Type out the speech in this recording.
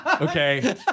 Okay